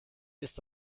ist